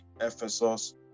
ephesus